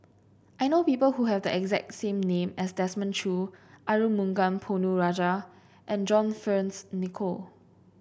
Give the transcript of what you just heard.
I know people who have the exact name as Desmond Choo Arumugam Ponnu Rajah and John Fearns Nicoll